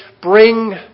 bring